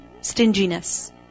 stinginess